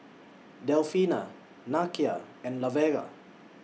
Delfina Nakia and Lavera